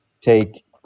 take